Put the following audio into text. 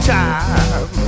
time